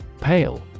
Pale